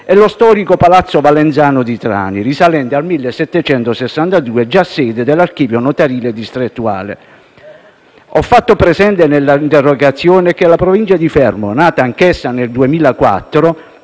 e lo storico palazzo Valenzano di Trani, risalente al 1762, già sede dell'archivio notarile distrettuale. Ho fatto presente nell'interrogazione che la provincia di Fermo, nata anch'essa nel 2004,